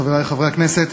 חברי חברי הכנסת,